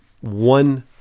one